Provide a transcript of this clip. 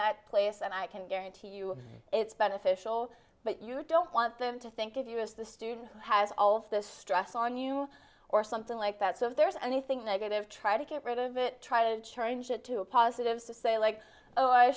that place and i can guarantee you it's beneficial but you don't want them to think of you as the student has all of the stress on you or something like that so if there's anything negative try to get rid of it try to challenge it to a positive to say like oh i